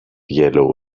yellow